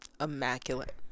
immaculate